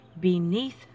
beneath